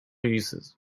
uses